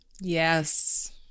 Yes